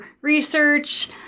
research